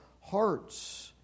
hearts